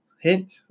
Hint